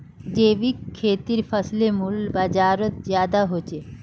जैविक खेतीर फसलेर मूल्य बजारोत ज्यादा होचे